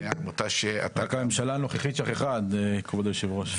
רק הממשלה הנוכחית שכחה, כבוד היושב-ראש.